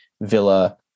Villa